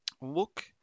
Look